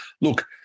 look